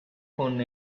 con